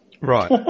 Right